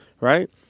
right